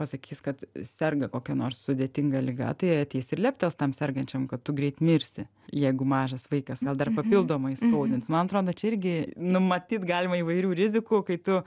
pasakys kad serga kokia nors sudėtinga liga tai ateis ir leptels tam sergančiam kad tu greit mirsi jeigu mažas vaikas gal dar papildomai įskaudins man atrodo čia irgi numatyt galima įvairių rizikų kai tu